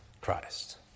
Christ